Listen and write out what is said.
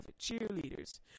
cheerleaders